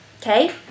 okay